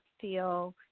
feel